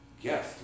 Yes